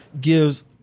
gives